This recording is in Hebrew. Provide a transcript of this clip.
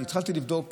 התחלתי לבדוק